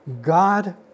God